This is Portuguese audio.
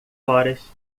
horas